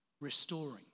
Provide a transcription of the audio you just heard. restoring